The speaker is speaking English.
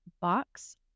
box